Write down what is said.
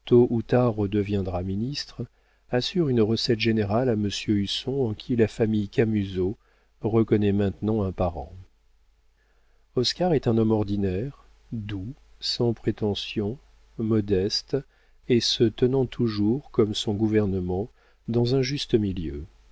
tôt ou tard redeviendra ministre assurent une recette générale à monsieur husson en qui la famille camusot reconnaît maintenant un parent oscar est un homme ordinaire doux sans prétention modeste et se tenant toujours comme son gouvernement dans un juste milieu